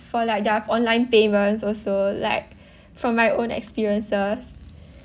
for like their online payment also like from my own experiences